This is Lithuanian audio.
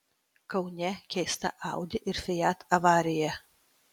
kaune keista audi ir fiat avarija